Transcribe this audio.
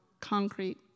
concrete